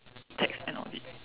tax and audit